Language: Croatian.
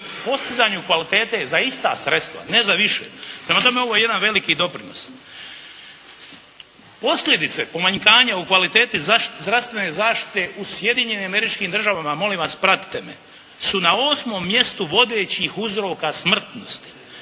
postizanju kvalitete za ista sredstva. Ne za više. Prema tome ovo je jedan veliki doprinos. Posljedice pomanjkanja u kvaliteti zdravstvene zaštite u Sjedinjenim Američkim Državama, molim vas pratite me, su na 8. mjestu vodećih uzroka smrtnosti.